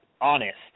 honest